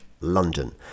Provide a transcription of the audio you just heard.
London